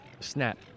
snap